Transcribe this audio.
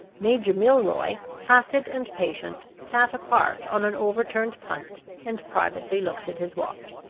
major milroy, placid and patient, sat apart on an overturned punt, and privately looked at his watch.